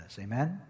amen